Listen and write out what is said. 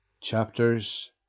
Chapters